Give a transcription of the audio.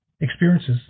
experiences